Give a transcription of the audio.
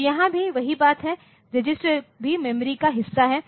तो यहाँ भी वही बात है रजिस्टर भी मेमोरी का हिस्सा हैं